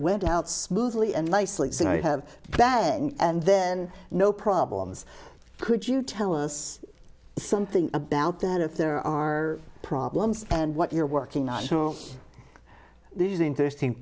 went out smoothly and nicely so i have a bag and then no problems could you tell us something about that if there are problems and what you're working on these interesting